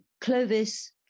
Clovis